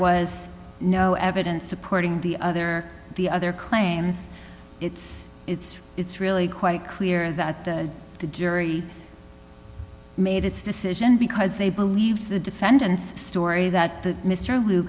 was no evidence supporting the other the other claims it's it's it's really quite clear that the jury made its decision because they believed the defendant's story that mr l